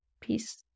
peace